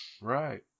Right